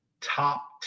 top